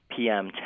PM10